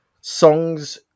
songs